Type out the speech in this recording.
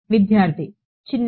విద్యార్థి చిన్నది